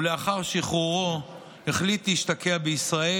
ולאחר שחרורו החליט להשתקע בישראל